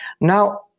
Now